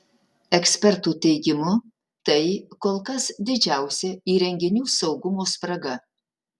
ekspertų teigimu tai kol kas didžiausia įrenginių saugumo spraga